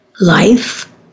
life